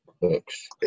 books